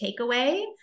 takeaway